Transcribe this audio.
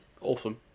Awesome